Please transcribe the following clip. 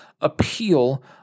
appeal